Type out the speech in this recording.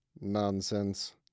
Nonsense